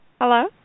Hello